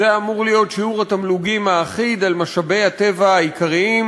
זה אמור להיות שיעור התמלוגים האחיד על משאבי הטבע העיקריים,